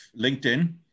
LinkedIn